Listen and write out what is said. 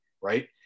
right